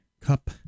cup